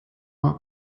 want